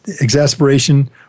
exasperation